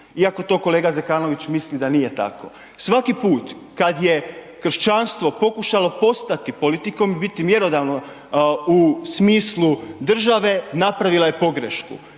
iako to Zekanović mislim da nije tako. Svaki put kad je kršćanstvo pokušalo postati politikom i biti mjerodavno u smislu države, napravila je pogrešku.